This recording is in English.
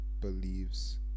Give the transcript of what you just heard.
believes